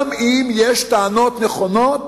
גם אם יש טענות נכונות